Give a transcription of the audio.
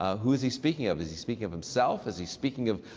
ah who is he speaking of? is he speaking of himself? is he speaking of.